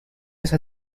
esa